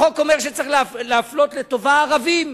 החוק אומר שצריך להפלות לטובה ערבים,